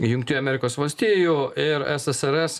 jungtinių amerikos valstijų ir ssrs